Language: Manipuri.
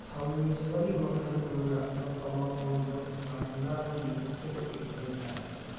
ꯊꯧꯅꯤꯖꯕꯒꯤ ꯃꯈꯜ ꯑꯃꯅ ꯑꯇꯣꯞꯄ ꯃꯑꯣꯡꯗ ꯚꯥꯔꯅꯥꯝꯒꯤ ꯃꯇꯨꯡꯏꯟꯕ ꯌꯥꯏ